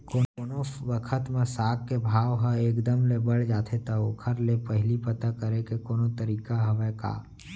कोनो बखत म साग के भाव ह एक दम ले बढ़ जाथे त ओखर ले पहिली पता करे के कोनो तरीका हवय का?